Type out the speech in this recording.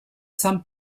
san